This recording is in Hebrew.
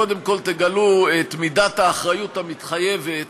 קודם כול תגלו את מידת האחריות המתחייבת